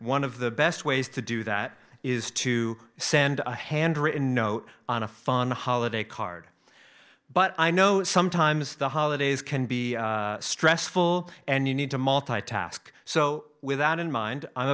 one of the best ways to do that is to send a handwritten note on a fun holiday card but i know sometimes the holidays can be stressful and you need to multi task so with that in mind i'm